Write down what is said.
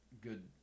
good